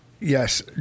Yes